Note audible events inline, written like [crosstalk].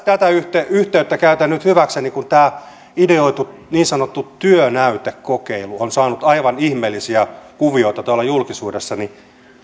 [unintelligible] tätä yhteyttä käytän nyt hyväkseni kun tämä ideoitu niin sanottu työnäytekokeilu on saanut aivan ihmeellisiä kuvioita tuolla julkisuudessa niin